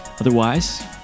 Otherwise